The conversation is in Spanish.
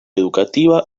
educativa